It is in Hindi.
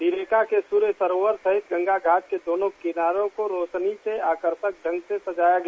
डीरेका के सूर्य सरोवर सहित गंगा घाट के दोनों किनारों को रोशनी से आकर्षक ढंग से सजाया गया